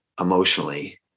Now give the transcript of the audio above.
emotionally